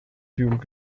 verfügung